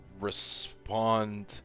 respond